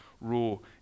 rule